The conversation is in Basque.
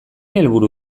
helburu